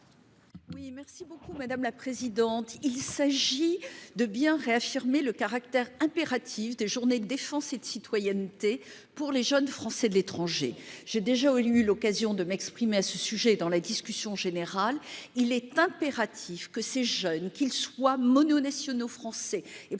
Oui merci beaucoup madame la présidente. Il s'agit de bien réaffirmer le caractère impératif des journées de défense et de citoyenneté pour les jeunes. Français de l'étranger. J'ai déjà au lit, eu l'occasion de m'exprimer à ce sujet dans la discussion générale. Il est impératif que ces jeunes qu'ils soient mono-nationaux français